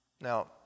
Now